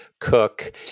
cook